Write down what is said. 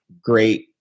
great